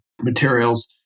materials